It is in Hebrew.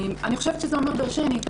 זה אומר דרשני,